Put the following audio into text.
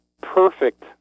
perfect